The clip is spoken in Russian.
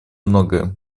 многое